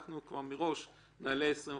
אנחנו מראש נעלה ב-25%,